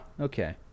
okay